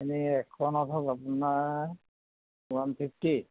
এনে এখনত হ'ল আপোনাৰ ওৱান ফিফটি